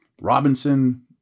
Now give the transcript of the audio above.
Robinson